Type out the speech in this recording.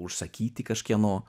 užsakyti kažkieno